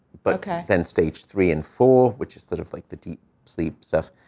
but then stage three and four, which is sort of like the deep sleep stuff,